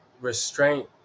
restraint